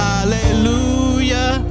Hallelujah